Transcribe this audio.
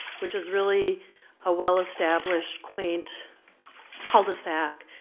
which is really a well established, quaint cul de sac,